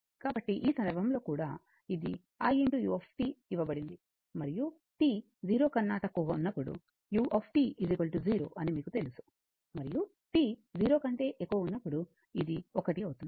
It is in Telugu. కాబట్టి ఈ సందర్భంలో కూడా ఇది Iu ఇవ్వబడింది మరియు t 0 కన్నా తక్కువగా ఉన్నప్పుడు u 0 అని మీకు తెలుసు మరియు t 0 కంటే ఎక్కువగా ఉన్నప్పుడు ఇది 1 అవుతుంది